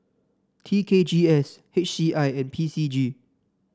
T K G S H C I and P C G